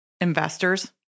investors